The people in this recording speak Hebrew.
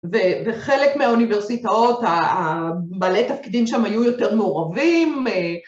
וחלק מהאוניברסיטאות, בעלי תפקידים שם היו יותר מעורבים.